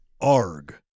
Arg